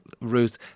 Ruth